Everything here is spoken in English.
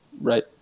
Right